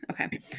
okay